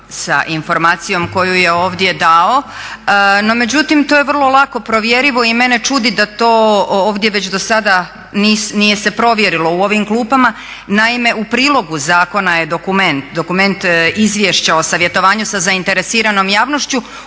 sa informacijom koju je ovdje dao, no međutim to je vrlo lako provjerivo i mene čudi da to ovdje već dosada nije se provjerilo u ovom klupama. Naime, u prilogu zakona je dokument, dokument izvješća o savjetovanju sa zainteresiranom javnošću,